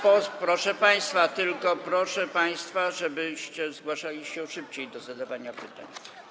Proszę państwa, tylko proszę państwa, żebyście zgłaszali się szybciej do zadawania pytań.